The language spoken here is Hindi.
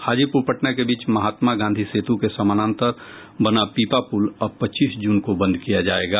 हाजीपुर पटना के बीच महात्मा गांधी सेतु के समानांतर बना पीपा पुल अब पच्चीस जून को बंद किया जायेगा